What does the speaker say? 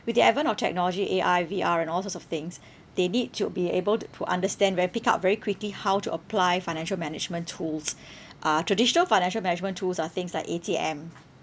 with the advent of technology A_I V_R and all sorts of things they need to be able to to understand where pick up very quickly how to apply financial management tools uh traditional financial management tools are things like A_T_M